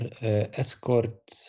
escort